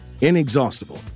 inexhaustible